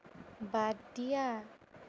বাদ দিয়া